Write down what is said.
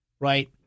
right